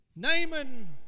Naaman